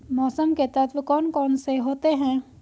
मौसम के तत्व कौन कौन से होते हैं?